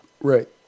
Right